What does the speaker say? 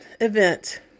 event